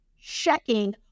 checking